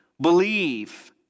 believe